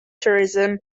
tourism